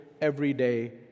everyday